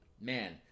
man